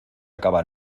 acaba